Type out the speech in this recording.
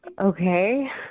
Okay